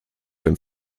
dem